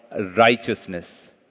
righteousness